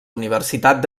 universitat